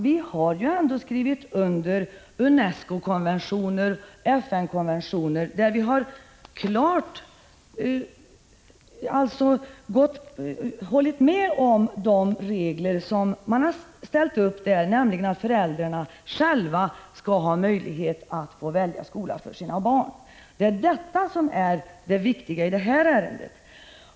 Vi har ju ändå skrivit under UNESCO-konventioner och FN-konventioner, där vi klart har anslutit oss till de regler som där har ställts upp, nämligen att föräldrarna själva skall ha möjlighet att välja skola för sina barn. Det är detta som är det viktiga i detta ärende.